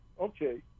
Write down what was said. okay